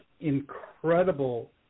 incredible